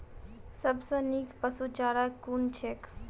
सबसँ नीक पशुचारा कुन छैक?